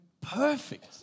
perfect